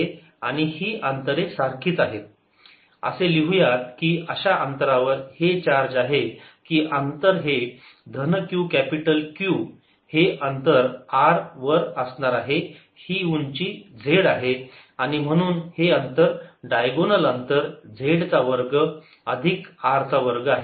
आणि ही अंतरे सारखीच आहेत असे लिहूयात की अशा अंतरावर हे चार्ज आहे कि अंतर हे धन Q कॅपिटल Q हे अंतर R वर असणार आहे ही उंची z आहे आणि म्हणून हे अंतर डायगोनल अंतर z चा वर्ग अधिक R चा वर्ग आहे